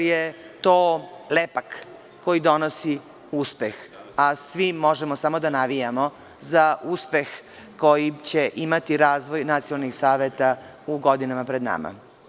Toje lepak koji donosi uspeh, a svi možemo samo da navijamo za uspeh kojim će imati razvoj nacionalnih saveta u godinama pred nama.